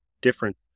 different